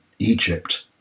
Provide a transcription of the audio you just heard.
Egypt